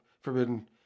forbidden